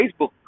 Facebook